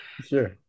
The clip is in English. Sure